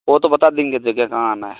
वह तो बता देंगे जगह कहाँ आना है